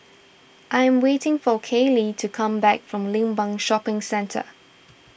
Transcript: I am waiting for Kayley to come back from Limbang Shopping Centre